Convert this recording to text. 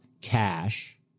cash